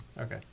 Okay